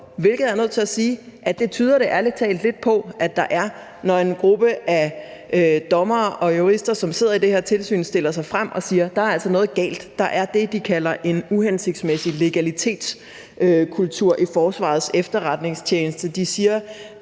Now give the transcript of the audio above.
hvilket jeg er nødt til at sige det ærlig talt tyder på der er, når en gruppe af dommere og jurister, som sidder i det her tilsyn, stiller sig frem og siger: Der er altså noget galt. Der er det, de kalder en uhensigtsmæssig legalitetskultur i Forsvarets Efterretningstjeneste. De siger,